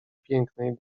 pięknej